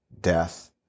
Death